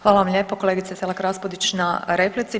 Hvala vam lijepa kolegice Selak-Raspudić na replici.